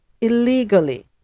illegally